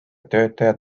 töötaja